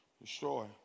destroy